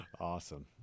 Awesome